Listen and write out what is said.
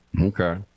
Okay